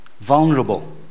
vulnerable